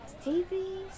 Stevie